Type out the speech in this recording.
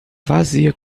vazia